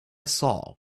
saw